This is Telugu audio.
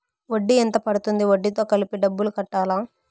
వడ్డీ ఎంత పడ్తుంది? వడ్డీ తో కలిపి డబ్బులు కట్టాలా?